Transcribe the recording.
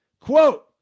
Quote